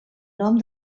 nom